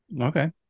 Okay